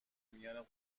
میان